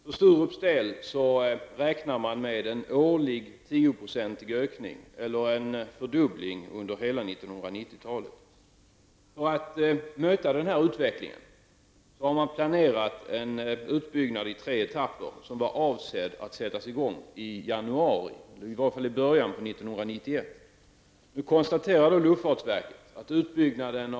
För Sturups del räknar man med en årlig tioprocentig ökning eller med en fördubbling under hela 1990-talet. För att möta den utvecklingen har man planerat en utbyggnad i tre etapper, som var avsedd att sättas i gång i januari eller i varje fall i början av 1991.